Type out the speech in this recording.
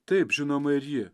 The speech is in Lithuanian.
taip žinoma ir ji